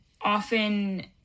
often